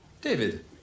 David